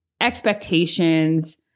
expectations